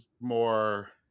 more